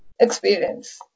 experience